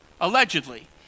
allegedly